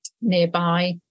nearby